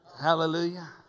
Hallelujah